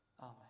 Amen